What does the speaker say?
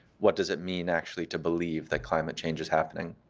what does it mean, actually, to believe that climate change is happening?